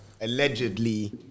allegedly